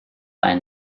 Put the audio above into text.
ein